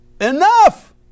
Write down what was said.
enough